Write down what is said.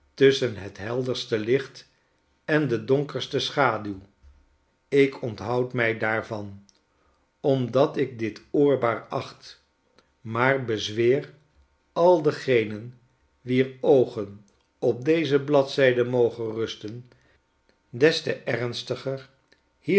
tusschen het helderste licht en de donkerste schaduw ik onthoud mij daarvan omdat ik dit oorbaar acht maar bezweer al degenen wier oogen op deze bladzijden mogen rusten des te ernstiger